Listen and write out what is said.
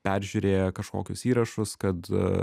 peržiūrėjo kažkokius įrašus kad